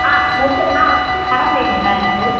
ஆ வுட்டு ஆ மரம் வேணுங்க எனக்கு